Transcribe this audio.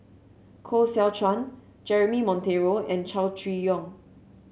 Koh Seow Chuan Jeremy Monteiro and Chow Chee Yong